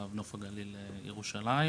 קו נוף הגליל לירושלים,